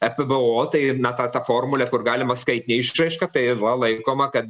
epbo tai na ta ta formulė kur galima skaitine išraiška tai va laikoma kad